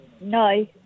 No